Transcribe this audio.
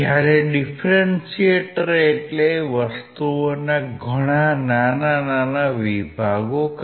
જ્યારે ડીફરન્શીએટર એટલે વસ્તુઓના ઘણા નાના નાના વિભાગો કરવા